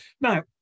Now